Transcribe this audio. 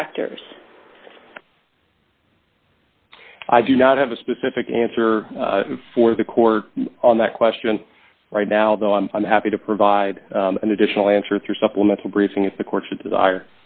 factors i do not have a specific answer for the court on that question right now though i'm happy to provide an additional answer through supplemental briefing if the courts desire